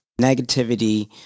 negativity